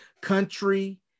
country